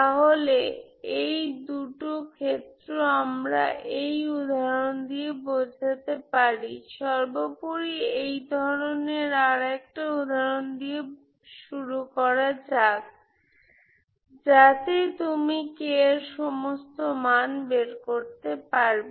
তাহলে এই দুটো ক্ষেত্র আমরা এই উদাহরণ দিয়ে বোঝাতে পারি সর্বোপরি এই ধরনের আরেকটা উদাহরণ দিয়ে শুরু করা যাক যাতে তুমি k এর সমস্ত মান বের করতে পারবে